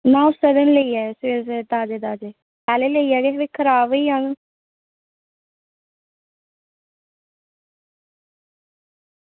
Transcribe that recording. महां उस्सै दिन लेई जाएओ सवेरे सवेरे ताज़े ताज़े पैह्लें लेई जाह्गे फ्ही खराब होई जाङन